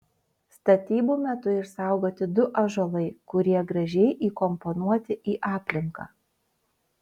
statybų metu išsaugoti du ąžuolai kurie gražiai įkomponuoti į aplinką